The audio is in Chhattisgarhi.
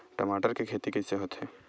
टमाटर के खेती कइसे होथे?